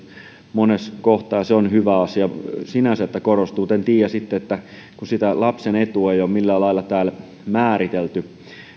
monessa kohtaa se on hyvä asia sinänsä että korostuu mutta en tiedä sitten kun lapsen etua ei ole millään lailla täällä määritelty